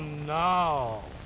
no